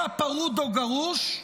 שהיה פרוד או גרוש,